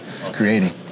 creating